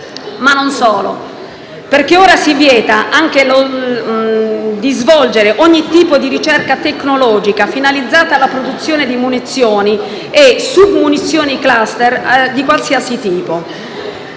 Ma non solo. Ora si vieta infatti anche di svolgere ogni tipo di ricerca tecnologica finalizzata alla produzione di munizioni e submunizioni *cluster*, di qualsiasi tipo.